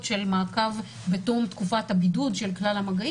של מעקב בתום תקופת הבידוד של כלל המגעים,